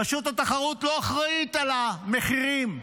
רשות התחרות לא אחראית על מחירים.